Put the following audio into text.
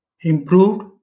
improved